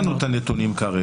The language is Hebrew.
אין לנו את הנתונים כרגע,